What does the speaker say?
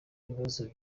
ikibazo